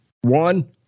One